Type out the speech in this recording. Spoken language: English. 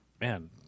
man